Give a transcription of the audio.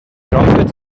trumpets